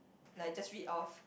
like just read of